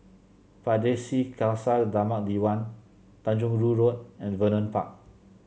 Pardesi Khalsa Dharmak Diwan Tanjong Rhu Road and Vernon Park